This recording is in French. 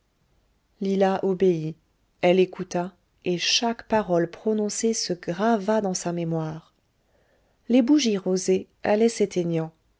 lila obéit elle écouta et chaque parole prononcée se grava dans sa mémoire les bougies rosées allaient s'éteignant